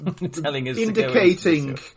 indicating